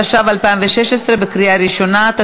13 מתנגדים, אין נמנעים.